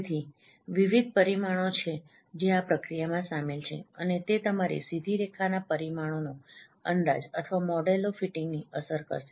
તેથી વિવિધ પરિમાણો છે જે આ પ્રક્રિયામાં સામેલ છે અને તે તમારી સીધી રેખાના પરિમાણોનો અંદાજ અથવા મોડેલો ફીટીંગને અસર કરશે